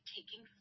Taking